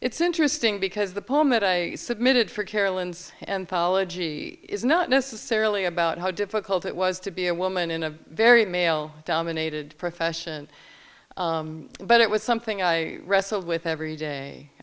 it's interesting because the poem that i submitted for carolyn's anthology is not necessarily about how difficult it was to be a woman in a very male dominated profession but it was something i wrestled with every day